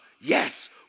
Yes